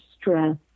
stress